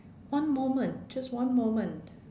one moment just one moment